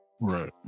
right